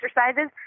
exercises